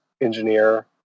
engineer